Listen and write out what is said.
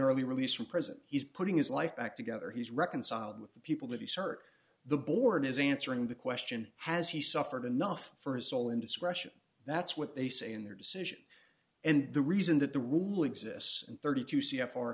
n early release from prison he's putting his life back together he's reconciled with the people that he's hurt the board is answering the question has he suffered enough for his soul indiscretion that's what they say in their decision and the reason that the rule exists in thirty two c f r